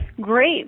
Great